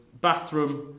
bathroom